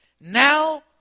Now